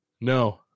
No